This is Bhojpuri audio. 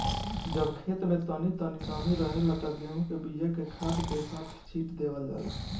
जब खेत में तनी तनी नमी रहेला त गेहू के बिया के खाद के साथ छिट देवल जाला